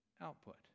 output